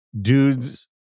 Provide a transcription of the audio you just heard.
dudes